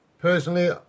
Personally